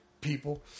people